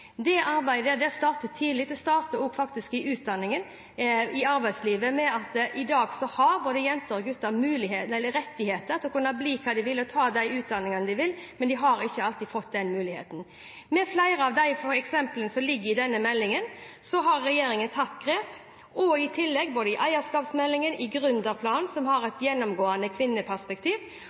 arbeidet starter tidlig. Det starter faktisk i utdanningen og i arbeidslivet, ved at både jenter og gutter i dag har rett til å bli hva de vil, og til å ta de utdanningene de vil, men de har ikke alltid fått den muligheten. Med flere av de eksemplene som ligger i denne meldingen, har regjeringen tatt grep. Det har vi også gjort i eierskapsmeldingen, i gründerplanen, som har et gjennomgående kvinneperspektiv,